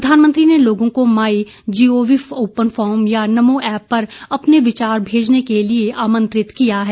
प्रधानमंत्री ने लोगों को माई गॉव ओपन फोरम या नमोऐप पर अपने विचार भेजने के लिए आमंत्रित किया है